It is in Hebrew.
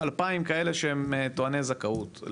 אלפיים כאלה שהם טועני זכאות.